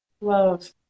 love